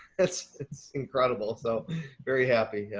that's that's incredible. so very happy.